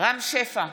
רם שפע,